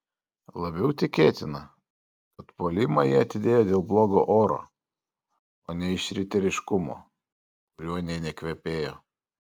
labiau tikėtina kad puolimą jie atidėjo dėl blogo oro o ne iš riteriškumo kuriuo nė nekvepėjo